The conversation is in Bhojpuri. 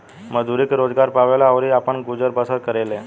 मजदूरी के रोजगार पावेले अउरी आपन गुजर बसर करेले